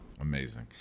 Amazing